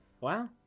wow